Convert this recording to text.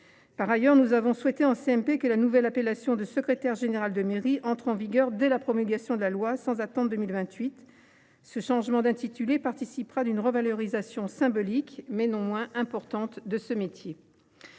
Par ailleurs, nous avons souhaité, en commission mixte paritaire, que la nouvelle dénomination de « secrétaire général de mairie » entre en vigueur dès la promulgation de la loi, sans attendre 2028. Ce changement d’intitulé participera d’une revalorisation symbolique, mais non moins importante de ce métier.